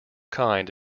kind